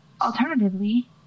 Alternatively